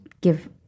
give